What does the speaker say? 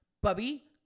Bubby